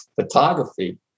photography